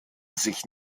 sich